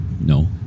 No